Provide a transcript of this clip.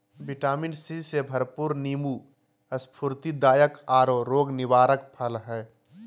vitamin C से भरपूर नीबू स्फूर्तिदायक औरो रोग निवारक फल हइ